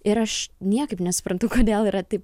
ir niekaip nesuprantu kodėl yra taip